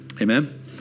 Amen